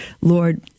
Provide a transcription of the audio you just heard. Lord